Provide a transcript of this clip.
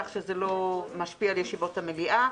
כך שזה לא משפיע על ישיבות המליאה.